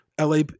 LA